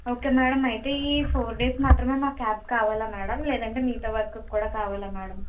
okay madam అయితే ఈ four days మాత్రమే మా క్యాబ్ కావాలా మేడం లేదంటే మిగతా వర్క్ కూడా కావాలా మేడం